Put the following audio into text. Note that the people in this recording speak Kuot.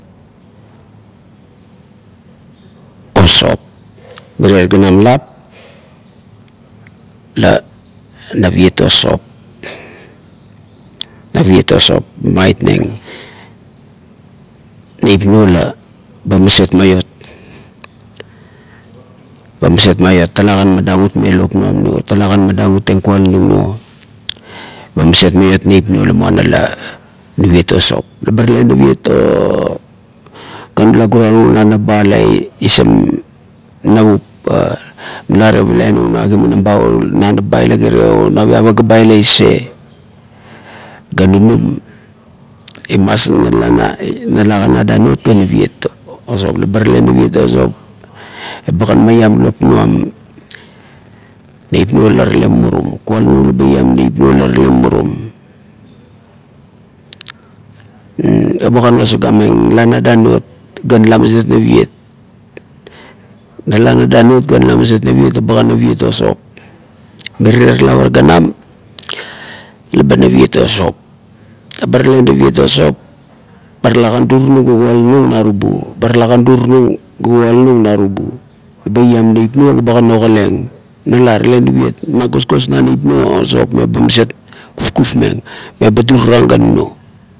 O sop, mirie ganam lop, la naviet o sop naviet or sop, eba aitneng, neip nuo la ba maset maiot, ba maset maiot talakan madangutmeng lop nuam nuo lalakan madangutmeng kualanung nuo ba maset maionang neip nuo, muana la nuviet o sop, la be tale naviet "o" ga nula guranung na nap ba la isam navup nula tevulai nung na kimanam o na nap ba ila kire o nuavia paga ba la ise ga nunum imas nala ga na danuot ga naviet la ba tale naviet o sop eba bagan meiam lop nuam neip nuam la talekan mumurum, kuala nung la ba noie neip nuo la talakan mumurum. Ebagan no sagameng la na danuot ga nala maset naviet, nala na danuot ga maset naviet ebagan naviet o sop, la ba tale naviet o sop ba talakan durinung ga kuala nung narubu ba maieieng neip nuo ga ba nogalaieng nala talekan nuviet, ma gosgosnang neip nuo o sop meba maset kufkufmeng meba durirang ga nunuo.